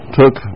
took